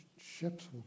ships